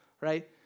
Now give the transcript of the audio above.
right